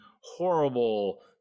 horrible